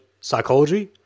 psychology